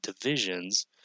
divisions